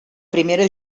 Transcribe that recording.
primera